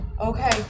Okay